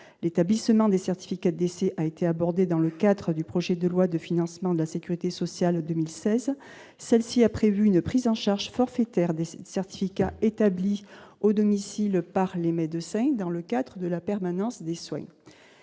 l'établissement des certificats d'essai a été abordée dans le cadre du projet de loi de financement de la Sécurité sociale 2016, celle-ci a prévu une prise en charge forfaitaire, décès, certificat établi au domicile parler mais de 5 dans le cadre de la permanence des soignants,